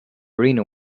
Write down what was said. rhino